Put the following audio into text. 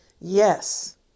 yes